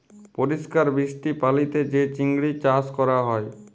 পরিষ্কার মিষ্টি পালিতে যে চিংড়ি চাস ক্যরা হ্যয়